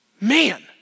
Man